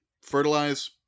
fertilize